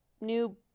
new